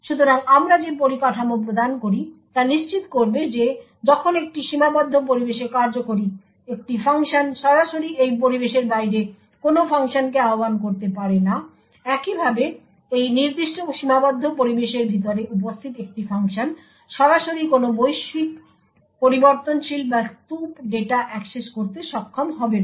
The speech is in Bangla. সুতরাং আমরা যে পরিকাঠামো প্রদান করি তা নিশ্চিত করবে যে যখন একটি সীমাবদ্ধ পরিবেশে কার্যকরী একটি ফাংশন সরাসরি এই পরিবেশের বাইরে কোনও ফাংশনকে আহ্বান করতে পারে না একইভাবে এই নির্দিষ্ট সীমাবদ্ধ পরিবেশের ভিতরে উপস্থিত একটি ফাংশন সরাসরি কোনও বৈশ্বিক পরিবর্তনশীল বা স্তুপ ডেটা অ্যাক্সেস করতে সক্ষম হবে না